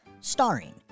Starring